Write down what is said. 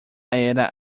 era